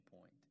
point